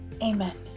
amen